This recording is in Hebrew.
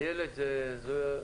איילת עשתה